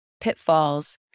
pitfalls